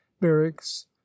barracks